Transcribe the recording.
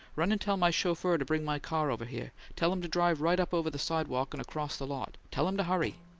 run and tell my chauffeur to bring my car over here. tell him to drive right up over the sidewalk and across the lot. tell him to hurry!